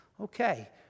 Okay